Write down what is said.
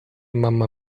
mamma